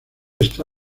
está